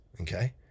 okay